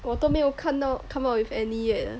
我都没有看到 come up with any yet